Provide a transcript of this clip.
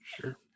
sure